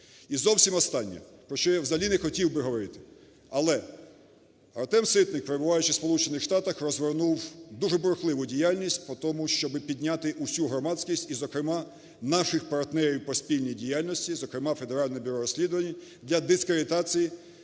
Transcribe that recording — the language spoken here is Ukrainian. І зовсім останнє, про що я взагалі не хотів би говорити. Але Артем Ситник, перебуваючи в Сполучених Штатах, розгорнув дуже бурхливу діяльність по тому, щоби підняти усю громадськість і, зокрема, наших партнерів по спільній діяльності, зокрема, Федеральне бюро розслідувань для дискредитації